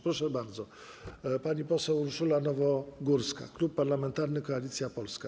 Proszę bardzo, pani poseł Urszula Nowogórska, Klub Parlamentarny Koalicja Polska.